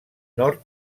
nord